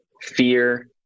fear